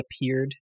appeared